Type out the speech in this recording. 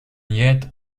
yet